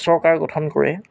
চৰকাৰ গঠন কৰে